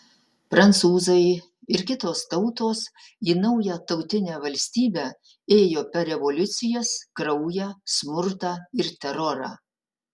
prancūzai ir kitos tautos į naują tautinę valstybę ėjo per revoliucijas kraują smurtą ir terorą